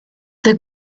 the